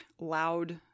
loud